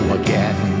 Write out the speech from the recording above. again